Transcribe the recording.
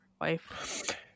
wife